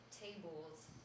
tables